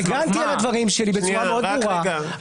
עגנתי את הדברים שלי בצורה מאוד ברורה.